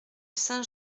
saint